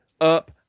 up